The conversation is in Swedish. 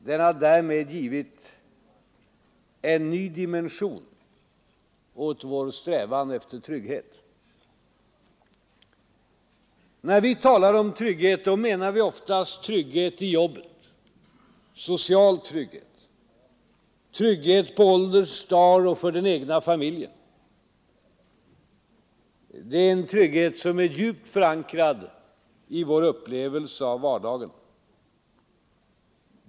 Den har därmed givit en ny dimension åt vår strävan efter trygghet. När vi talar om trygghet då menar vi oftast trygghet i jobbet, social trygghet, trygghet på ålderns dar och för den egna familjen. Det är en trygghet som är djupt förankrad i vår upplevelse av vardagen.